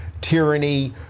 tyranny